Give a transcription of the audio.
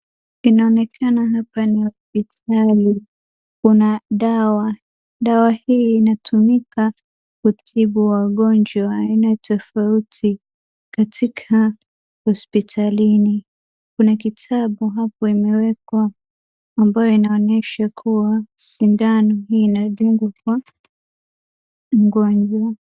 Inaonekana hapa ni hospitali. Kuna dawa, dawa hii inatumika kutibu wagonjwa aina tofauti katika hospitalini. Kuna kitabu hapo imewekwa, ambayo inaonyesha kuwa shindano hii inadungwa kwa mgonjwa.